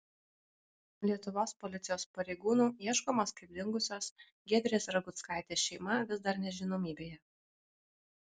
lietuvos policijos pareigūnų ieškomos kaip dingusios giedrės raguckaitės šeima vis dar nežinomybėje